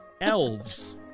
Elves